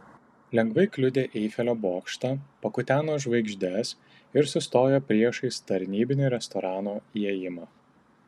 lengvai kliudė eifelio bokštą pakuteno žvaigždes ir sustojo priešais tarnybinį restorano įėjimą